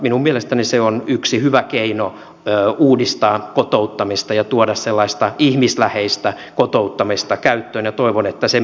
minun mielestäni se on yksi hyvä keino uudistaa kotouttamista ja tuoda sellaista ihmisläheistä kotouttamista käyttöön ja toivon että se myös etenee